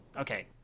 Okay